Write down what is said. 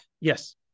Yes